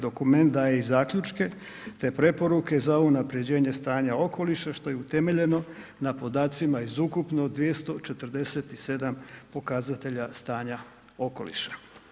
Dokument daje i zaključke te preporuke za unapređenje stanja okoliša što je i utemeljeno na podacima iz ukupno 247 pokazatelja stanja okoliša.